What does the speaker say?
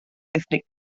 ethnic